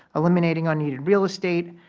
eliminating unused real estate,